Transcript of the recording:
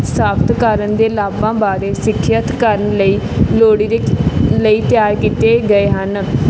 ਸਾਬਤ ਕਰਨ ਦੇ ਲਾਭਾਂ ਬਾਰੇ ਸਿੱਖਿਅਤ ਕਰਨ ਲਈ ਲੋੜੀਂਦੇ ਲਈ ਤਿਆਰ ਕੀਤੇ ਗਏ ਹਨ